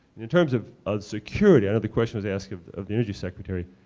in terms of of security, i know the question was asked of the energy secretary,